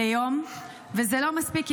וזה לא מספיק.